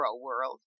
world